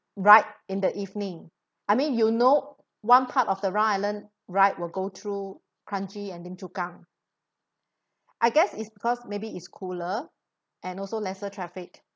ride in the evening I mean you know one part of the round island ride will go through kranji and lim chu kang I guess it's because maybe it's cooler and also lesser traffic